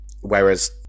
whereas